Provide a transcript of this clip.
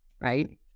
right